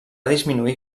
disminuir